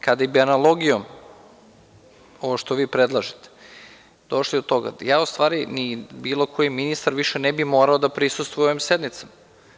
Kada bi analogijom, ovo što vi predlažete, došli do toga, ja u stvari, ni bilo koji ministar, više ne bi morao da prisustvujem sednicama.